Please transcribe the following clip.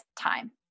time